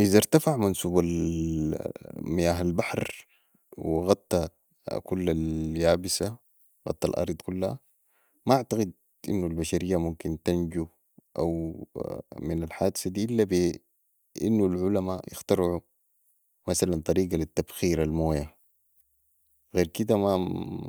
إذا ارتفع منسوب مياه البحر وغطي كل اليابسة غطي الارض كلها ما اعتقد انو البشرية ممكن تنجو او من الحادثه دي الا بي انو العلماء يخترعو مثلا طريقه لي تبخير المويه غير كده